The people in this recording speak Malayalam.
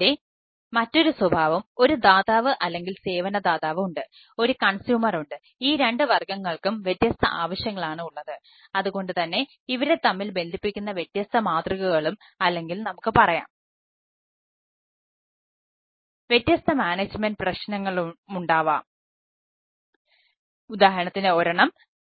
ഇതിൻറെ മറ്റൊരു സ്വഭാവം ഒരു ദാതാവ് അല്ലെങ്കിൽ സേവനദാതാവ് ഉണ്ട് ഒരു കൺസ്യൂമർ